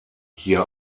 hier